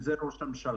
שזה ראש הממשלה.